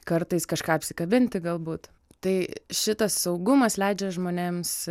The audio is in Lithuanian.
kartais kažką apsikabinti galbūt tai šitas saugumas leidžia žmonėms